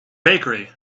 bakery